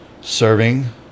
serving